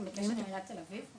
אתם בקשר על עיריית תל אביב?